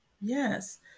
Yes